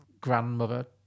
grandmother